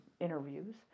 interviews